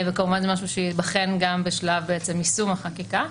זה כמובן ייבחן גם בשלב יישום החקיקה.